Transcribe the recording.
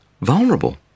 vulnerable